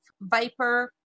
Viper